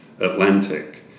Atlantic